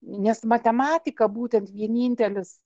nes matematika būtent vienintelis